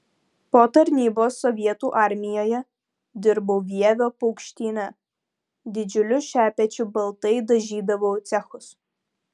po tarnybos sovietų armijoje dirbau vievio paukštyne didžiuliu šepečiu baltai dažydavau cechus